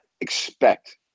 expect